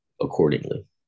accordingly